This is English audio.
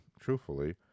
truthfully